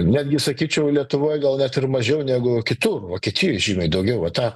netgi sakyčiau lietuvoj gal net ir mažiau negu kitur vokietijoj žymiai daugiau ata